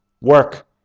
work